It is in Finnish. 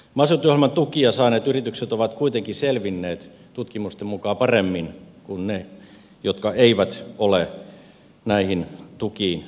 maaseutuohjelman tukia saaneet yritykset ovat kuitenkin selvinneet tutkimusten mukaan paremmin kuin ne jotka eivät ole näihin tukiin päässeet kiinni